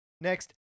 Next